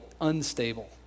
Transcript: unstable